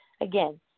Again